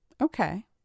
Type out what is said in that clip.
Okay